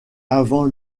avant